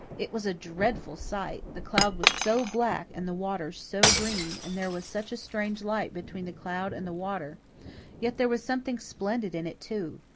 it was a dreadful sight the cloud was so black and the water so green, and there was such a strange light between the cloud and the water yet there was something splendid in it, too.